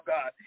God